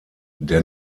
der